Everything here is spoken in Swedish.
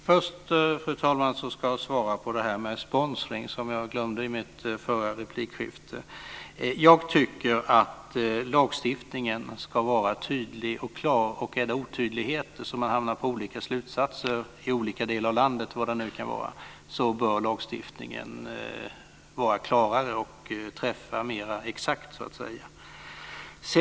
Fru talman! Först ska jag svara på frågan om sponsring, som jag glömde i det förra replikskiftet. Jag tycker att lagstiftningen ska vara tydlig och klar. Finns det otydligheter så att man hamnar på olika slutsatser i olika delar av landet eller vad det nu kan vara så bör lagstiftningen vara klarare och träffa mer exakt.